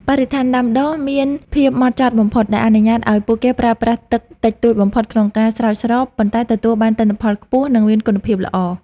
បរិស្ថានដាំដុះមានភាពហ្មត់ចត់បំផុត ដែលអនុញ្ញាតឱ្យពួកគេប្រើប្រាស់ទឹកតិចតួចបំផុតក្នុងការស្រោចស្រព ប៉ុន្តែទទួលបានទិន្នផលខ្ពស់ និងមានគុណភាពល្អ។